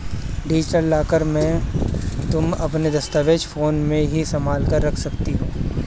digital locker में तुम अपने दस्तावेज फोन में ही संभाल कर रख सकती हो